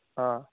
ஆ